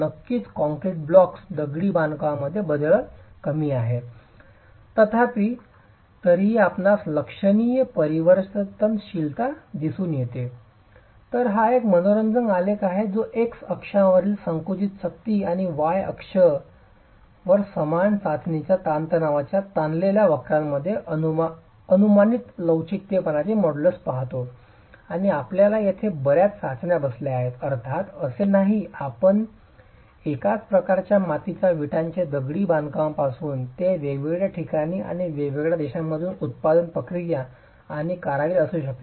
नक्कीच concrete block दगडी बांधकामा मध्ये बदल कमी आहे तथापि तरीही आपणास लक्षणीय परिवर्तनशीलता दिसते तर हा एक मनोरंजक आलेख आहे जो x अक्षावरील संकुचित शक्ती आणि y अक्ष वर समान चाचणीच्या तणावाच्या ताणलेल्या वक्रांद्वारे अनुमानित लवचिकपणाचे मॉड्यूल पाहतो आणि आपल्याला येथे बऱ्याच चाचण्या बसल्या आहेत अर्थात असे नाही एकाच प्रकारच्या मातीच्या विटांचे दगडी बांधकामापासून ते वेगवेगळ्या ठिकाणी आणि वेगवेगळ्या देशांमधून उत्पादन प्रक्रिया आणि कारागीर असू शकते